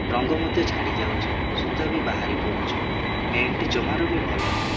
ରଙ୍ଗ ମଧ୍ୟ ଛାଡ଼ିଯାଉଛି ସୂତା ବି ବାହାରି ପଡ଼ୁଛି ପ୍ୟାଣ୍ଟଟି ଜମାରୁ ବି ଭଲ ନୁହଁ